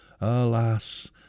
Alas